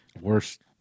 Worst